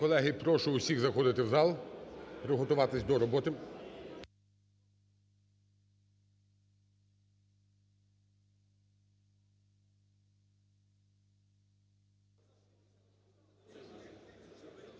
прошу всіх заходити в зал, приготуватись до роботи.